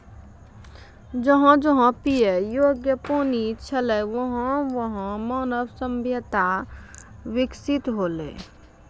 जहां जहां पियै योग्य पानी छलै वहां वहां मानव सभ्यता बिकसित हौलै